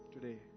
today